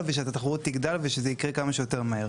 ושהתחרות תגדל ושזה יקרה כמה שיותר מהר.